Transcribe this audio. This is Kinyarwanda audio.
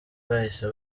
bwahise